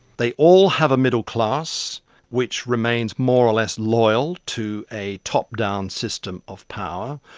they all have a middle-class which remains more or less loyal to a top-down system of power.